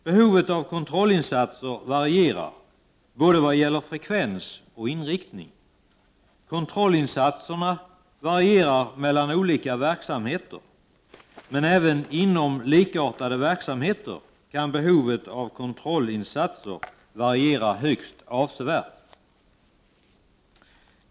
Behovet av kontrollinsatser varierar, både vad gäller frekvens och inriktning. Kontrollinsatserna varierar mellan olika verksamheter, men även inom likartade verksamheter kan behovet av kontrollinsatser variera högst avsevärt.